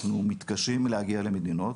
אנחנו מתקשים להגיע למדינות.